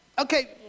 Okay